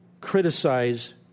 criticize